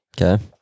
Okay